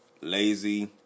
lazy